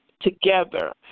together